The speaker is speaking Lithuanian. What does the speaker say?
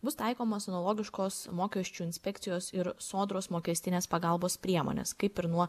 bus taikomos analogiškos mokesčių inspekcijos ir sodros mokestinės pagalbos priemonės kaip ir nuo